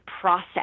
process